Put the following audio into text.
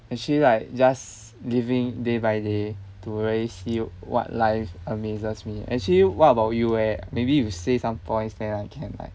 actually like just living day by day to race you what life amazes me actually what about you eh maybe you say some points then I can like